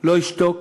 לא ישתוק